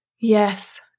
Yes